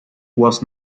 was